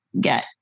get